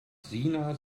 sina